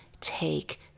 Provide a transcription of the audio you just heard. take